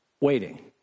Waiting